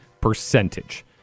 percentage